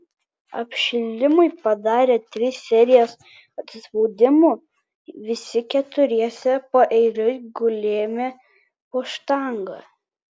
apšilimui padarę tris serijas atsispaudimų visi keturiese paeiliui gulėme po štanga